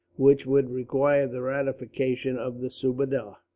which would require the ratification of the subadar.